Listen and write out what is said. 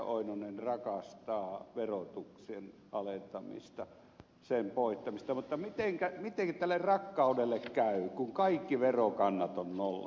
oinonen rakastaa verotuksen alentamista sen poistamista mutta mitenkä tälle rakkaudelle käy kun kaikki verokannat ovat nollassa